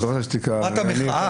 חובת המחאה.